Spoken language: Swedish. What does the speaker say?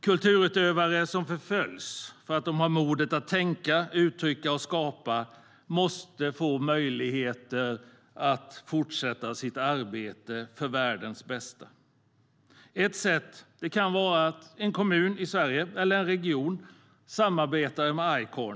Kulturutövare som förföljs för att de har modet att tänka, uttrycka och skapa måste få möjligheter att fortsätta sitt arbete för världens bästa. Ett sätt kan vara att en kommun eller region i Sverige samarbetar med Icorn.